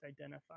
identify